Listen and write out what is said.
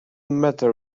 matter